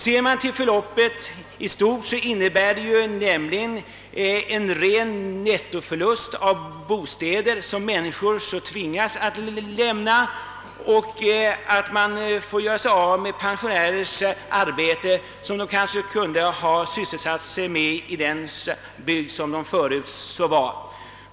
Ser man till förloppet i stort innebär det nämligen en ren nettoförlust av bostäder som människor tvingas att lämna, och att man förlorar det arbete, som kanske pensionärer kunde sysselsatts med i den bygd där de förut varit.